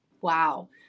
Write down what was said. Wow